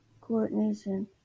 coordination